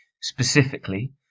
Specifically